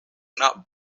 not